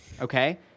okay